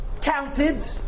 Counted